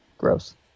Gross